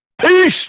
Peace